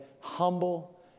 humble